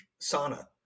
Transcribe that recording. sauna